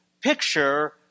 picture